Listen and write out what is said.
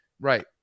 right